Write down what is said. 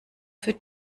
für